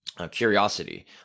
Curiosity